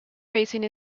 racing